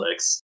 Netflix